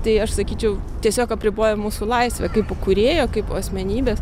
tai aš sakyčiau tiesiog apriboja mūsų laisvę kaip kūrėjo kaip asmenybės